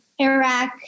Iraq